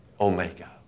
Omega